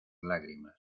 lágrimas